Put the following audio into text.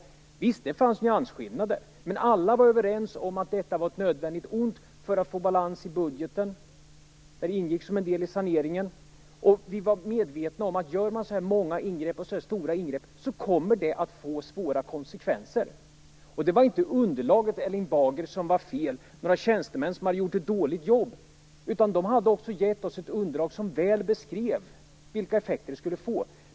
Visst fanns det nyansskillnader, men alla var överens om att detta var ett nödvändigt ont för att man skulle kunna få balans i budgeten. Det ingick som en del i saneringen. Det var inte underlaget som var fel, Erling Bager, eller några tjänstemän som gjort ett dåligt jobb. De hade gett oss ett underlag som väl beskrev vilka effekter det skulle få.